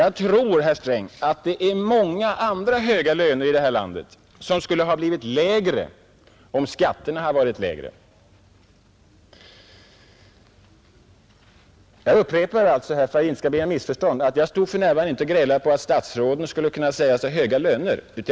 Jag tror, herr Sträng, att många andra höga löner i det här landet hade blivit lägre om skatterna varit lägre. Jag upprepar, för att det inte skall bli något missförstånd, att jag inte påstår att statsråden kan sägas ha för höga löner.